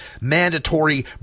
mandatory